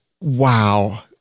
wow